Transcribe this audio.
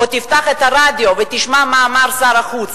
או תפתח את הרדיו ותשמע מה אמר שר החוץ.